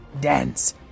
dance